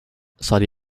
saudi